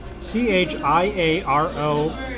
C-H-I-A-R-O